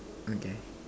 okay